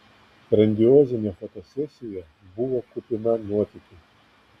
grandiozinė fotosesija buvo kupina nuotykių